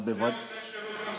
את זה עושה השירות הקונסולרי.